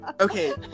Okay